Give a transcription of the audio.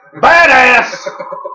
Badass